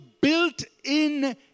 built-in